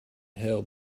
hill